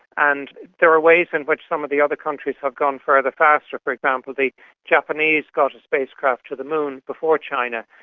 and there are ways in which some of the other countries have gone further, faster. for example, the japanese got a spacecraft to the moon before china.